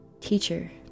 Teacher